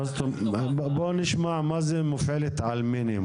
מה זה מופעלת על מינימום?